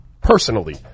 Personally